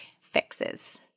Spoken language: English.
fixes